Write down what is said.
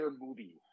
movie